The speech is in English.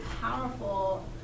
powerful